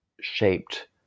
shaped